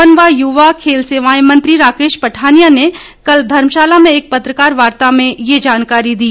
one व युवा खेल सेवाएं मंत्री राकेश पठानिया ने कल धर्मशाला में एक पत्रकार वार्ता में ये जानकारी दी